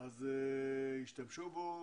השתמשו בו.